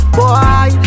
Boy